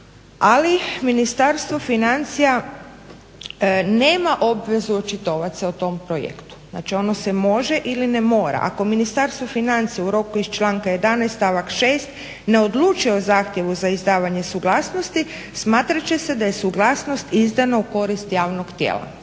Ali Ministarstvo financija nema obvezu očitovati se o tom projektu. Znači, ono se može ili ne mora. Ako Ministarstvo financija u roku iz članka 11. stavak 6. ne odluče o zahtjevu za izdavanje suglasnosti smatrat će se da je suglasnost izdana u korist javnog tijela.